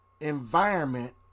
environment